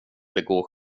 begå